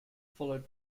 followed